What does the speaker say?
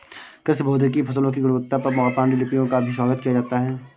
कृषि भौतिकी फसलों की गुणवत्ता पर पाण्डुलिपियों का भी स्वागत किया जाता है